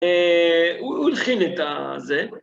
הוא הלחין את זה.